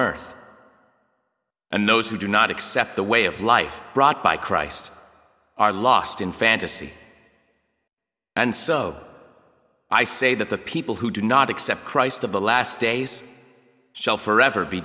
earth and those who do not accept the way of life brought by christ are lost in fantasy and so i say that the people who do not accept christ of the last days shall forever be